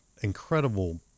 incredible